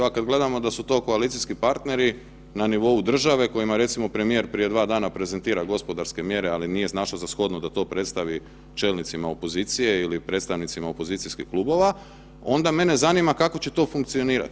A kad gledamo da su to koalicijski partneri na nivou države kojima recimo premijer prije 2 dana prezentira gospodarske mjere, ali nije našao za shodno da to predstavi čelnicima opozicije ili predstavnicima opozicijskih klubova, onda mene zanima kako će to funkcionirati.